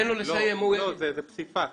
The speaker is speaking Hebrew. לא, זה פסיפס.